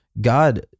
God